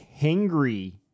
hungry